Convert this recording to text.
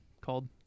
called